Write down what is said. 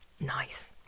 nice